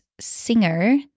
singer